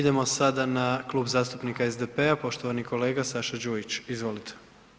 Idemo sada na Klub zastupnika SDP-a, poštovani kolega Saša Đujić, izvolite.